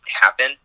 happen